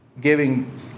giving